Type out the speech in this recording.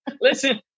listen